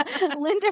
linda